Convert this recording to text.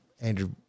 Andrew